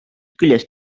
küljest